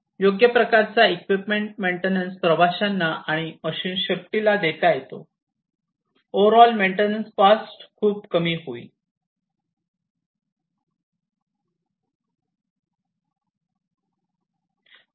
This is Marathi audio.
योग्य प्रकारचा इक्विपमेंट मेंटेनन्स प्रवाशांना आणि मशीनला सेफ्टी देतो तसेच ओव्हर ऑल मेंटेनन्स कॉस्ट कमी होते